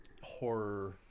horror